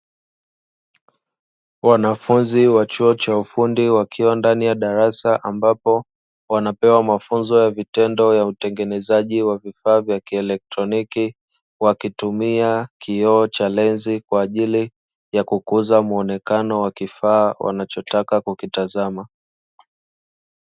Wanafunzi wa chuo cha ufundi wakiwa ndani ya darasa ambapo, wanapewa mafunzo ya vitendo ya utengenezaji wa vifaa vya kielektroniki, wakitumia kioo cha lensi kwa ajili ya kukuza muonekano wa kifaa wanachotaka kukitazama.